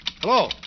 Hello